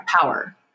power